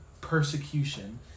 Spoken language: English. persecution